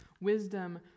wisdom